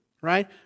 right